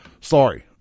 Sorry